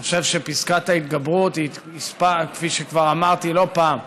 אני חושב שפסקת ההתגברות, כפי שכבר אמרתי לא פעם,